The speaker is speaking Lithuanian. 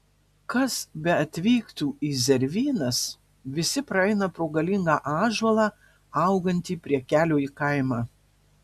kas beatvyktų į zervynas visi praeina pro galingą ąžuolą augantį prie kelio į kaimą